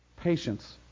patience